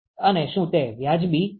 અને શુ તે વ્યાજબી સંખ્યા છે